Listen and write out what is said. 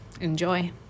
enjoy